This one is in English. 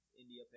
india